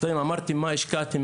אתם אמרתם מה השקעתם,